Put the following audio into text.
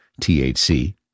THC